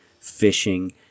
fishing